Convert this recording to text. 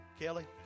Kelly